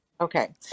Okay